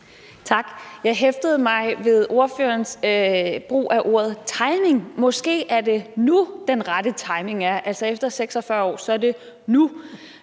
Tak. Jeg hæftede mig ved ordførerens brug af ordet timing: Måske er det nu, den rette timing er. Altså efter 46 år er det nu.